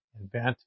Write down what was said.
invent